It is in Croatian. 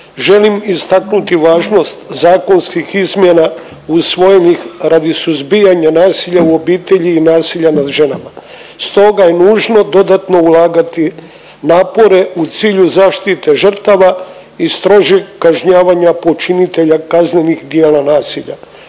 želim istaknuti važnost zakonskih izmjena usvojenih radi suzbijanja nasilja u obitelji i nasilja nad ženama. Stoga je nužno dodatno ulagati napore u cilju zaštite žrtava i strožeg kažnjavanja počinitelja kaznenih djela nasilja.